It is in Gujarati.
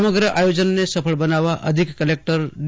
સમગ્ર આયોજનને સફળ બનાવવા અધિક કલેકટર ડી